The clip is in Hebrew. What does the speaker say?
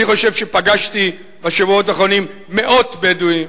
אני חושב שפגשתי בשבועות האחרונים מאות בדואים,